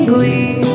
Glee